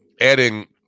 adding